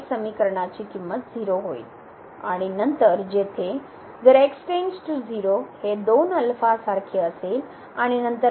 तर हे समीकरनाची किंमत 0 होईल आणि नंतर येथे हे सारखे असेल आणि नंतर